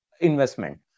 investment